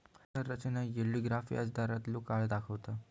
संरचना yield graph व्याजदारांतलो काळ दाखवता